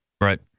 Right